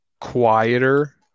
quieter